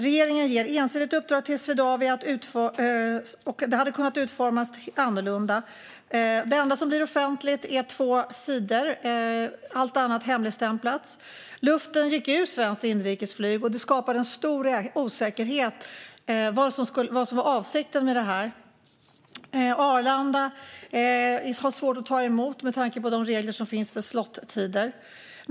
Regeringen ger ensidigt uppdrag till Swedavia, och det hade kunnat utformas annorlunda. Det enda som blir offentligt är två sidor; allt annat hemligstämplas. Luften gick ur svenskt inrikesflyg, och det skapades en stor osäkerhet om vad som var avsikten med detta. Arlanda har svårt att ta emot med tanke på de regler som finns för slot-tider.